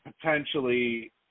potentially